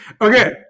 Okay